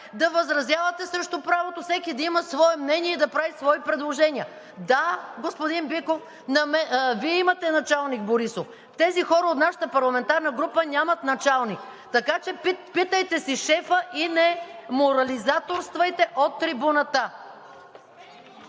да възразявате срещу правото всеки да има свое мнение и да прави свои предложения. Да, господин Биков, Вие имате началник Борисов. Тези хора от нашата парламентарна група нямат началник. Така че, питайте си шефа и не морализаторствайте от трибуната.